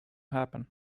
happen